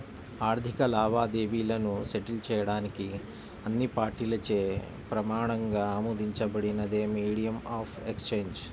ఆర్థిక లావాదేవీలను సెటిల్ చేయడానికి అన్ని పార్టీలచే ప్రమాణంగా ఆమోదించబడినదే మీడియం ఆఫ్ ఎక్సేంజ్